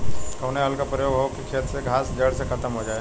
कवने हल क प्रयोग हो कि खेत से घास जड़ से खतम हो जाए?